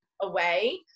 away